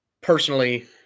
personally